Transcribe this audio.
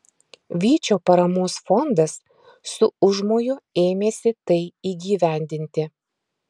vyčio paramos fondas su užmoju ėmėsi tai įgyvendinti